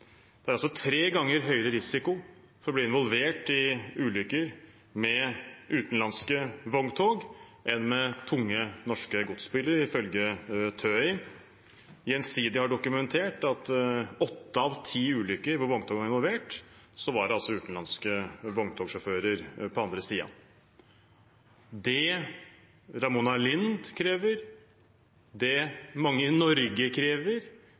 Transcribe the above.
Det er tre ganger høyere risiko for å bli involvert i ulykker med utenlandske vogntog enn med tunge norske godsbiler, ifølge TØI. Gjensidige har dokumentert at i åtte av ti ulykker hvor vogntog var involvert, var det utenlandske vogntogsjåfører på den andre siden. Det Ramona Lind krever, det mange i Norge krever,